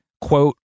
Quote